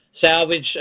salvage